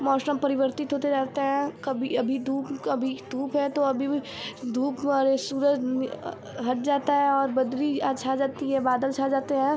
मौशम परिवर्तित होते रहते हैं कभी अभी धूप कभी धूप है तो अभी भी धूप अरे सूरज हट जाता है और बदरी छा जाती है बादल छा जाते हैं